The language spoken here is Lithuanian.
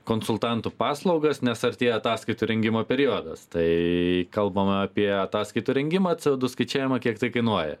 konsultantų paslaugas nes artėja ataskaitų rengimo periodas tai kalbama apie ataskaitų rengimą c o du skaičiavimą kiek tai kainuoja